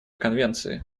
конвенции